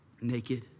naked